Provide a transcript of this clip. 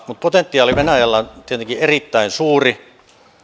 mutta potentiaali venäjällä on tietenkin erittäin suuri